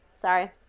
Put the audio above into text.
Sorry